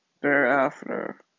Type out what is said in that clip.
thereafter